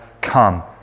come